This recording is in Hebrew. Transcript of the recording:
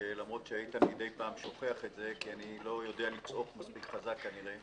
למרות שאיתן מדי פעם שוכח את זה כי אני לא יודע לצעוק מספיק חזק כנראה.